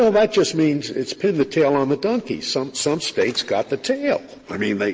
that just means it's pin the tail on the donkey. some some states got the tail. i mean, like